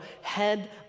head